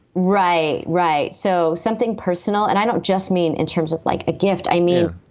right. right. so something personal and i don't just mean in terms of like a gift. i mean,